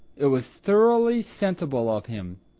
it was thoroughly sensible of him.